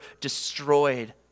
destroyed